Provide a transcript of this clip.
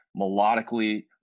Melodically